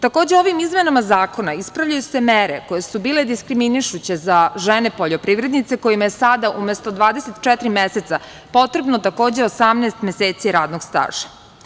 Takođe ovim izmenama zakona ispravljaju se mere koje su bile diskriminišuće za žene poljoprivrednice kojima je sada umesto 24 meseca potrebno takođe 18 meseci radnog staža.